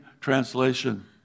translation